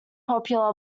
popular